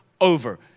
over